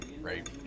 right